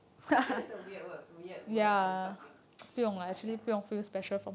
special it's a weird weird word for this kind of thing but ya lah